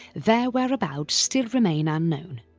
their whereabouts still remain unknown.